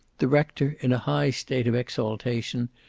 the rector, in a high state of exaltation,